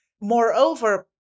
Moreover